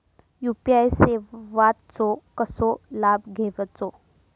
UPI सेवाचो कसो लाभ घेवचो?